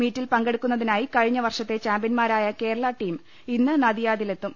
മീറ്റിൽ പങ്കെടുക്കുന്നതിനായി കഴിഞ്ഞ വർഷത്തെ ചാമ്പ്യൻമാരായ കേരള ടീം ഇന്ന് നദിയാദിലെത്തും